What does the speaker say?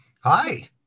Hi